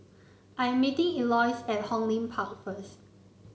I'm meeting Elois at Hong Lim Park first